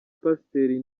pasiteri